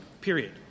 period